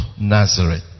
Nazareth